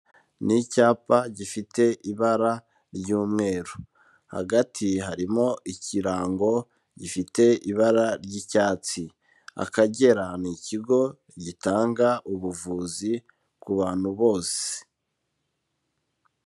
Ni icyapa gifite ibara ry'umweru, hagati harimo ikirango gifite ibara ry'icyatsi, Akagera ni ikigo gitanga ubuvuzi ku bantu bose.